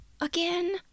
again